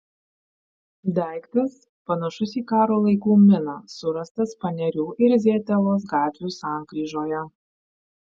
daiktas panašus į karo laikų miną surastas panerių ir zietelos gatvių sankryžoje